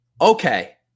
Okay